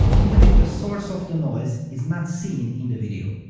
even if the source of the noise is not seen in the video.